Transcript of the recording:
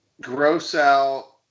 gross-out